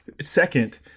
second